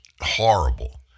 horrible